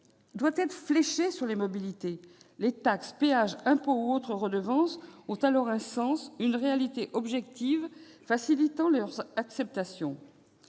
doivent être fléchées vers les mobilités. Les taxes, péages, impôts et autres redevances ont alors un sens, une réalité objective facilitant leur acceptation.